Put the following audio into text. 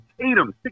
Tatum